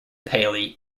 paley